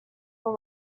will